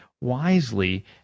wisely